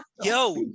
Yo